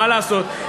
מה לעשות,